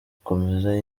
gukomeza